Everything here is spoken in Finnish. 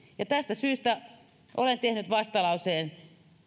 tästä syystä olen tehnyt vastalauseen